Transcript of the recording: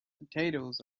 potatoes